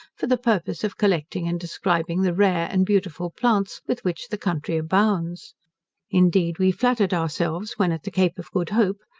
for the purpose of collecting and describing the rare and beautiful plants with which the country abounds indeed, we flattered ourselves, when at the cape of good hope,